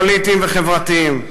פוליטיים וחברתיים.